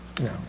No